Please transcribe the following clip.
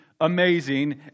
amazing